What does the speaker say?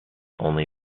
only